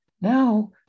now